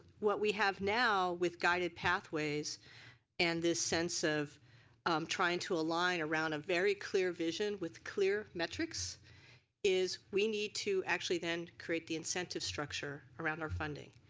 what we have now with guided pathways and this sense of um trying to align around a very clear vision with clear metrics we need to actually then create the incentive structure around our funding.